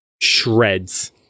shreds